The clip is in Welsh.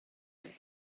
chi